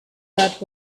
that